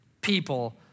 people